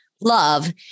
love